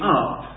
up